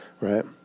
Right